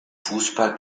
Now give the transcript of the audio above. fußball